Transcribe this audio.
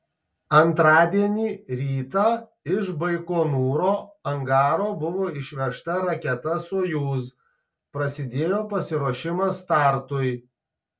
antradienį rytą iš baikonūro angaro buvo išvežta raketa sojuz prasidėjo pasiruošimas startui